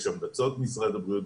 יש המלצות משרד הבריאות,